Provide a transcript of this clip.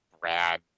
brad